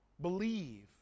believe